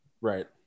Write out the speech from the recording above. Right